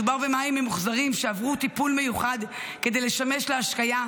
מדובר במים ממוחזרים שעברו טיפול מיוחד כדי לשמש להשקיה,